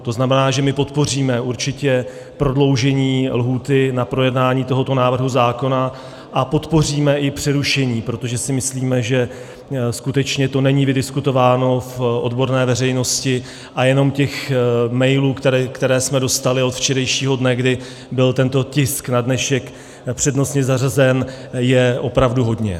To znamená, že my podpoříme určitě prodloužení lhůty na projednání tohoto návrhu zákona a podpoříme i přerušení, protože si myslíme, že skutečně to není vydiskutováno v odborné veřejnosti, a jenom těch mailů, které jsme dostali od včerejšího dne, kdy byl tento tisk na dnešek přednostně zařazen, je opravdu hodně.